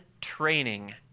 training